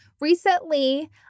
recently